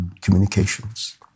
communications